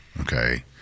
okay